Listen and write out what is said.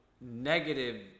negative